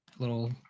little